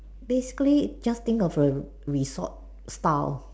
basically just think of a resort style